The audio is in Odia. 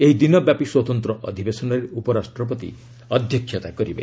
ଏହି ଦିନବ୍ୟାପୀ ସ୍ପତନ୍ତ୍ର ଅଧିବେଶନରେ ଉପରାଷ୍ଟ୍ରପତି ଅଧ୍ୟକ୍ଷତା କରିବେ